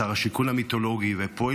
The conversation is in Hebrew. שר השיכון המיתולוגי ופועל,